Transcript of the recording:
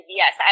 yes